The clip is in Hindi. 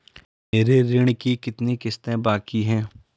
मेरे ऋण की कितनी किश्तें बाकी हैं?